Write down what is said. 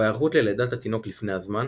או היערכות ללידת התינוק לפני הזמן,